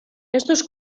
estos